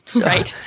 Right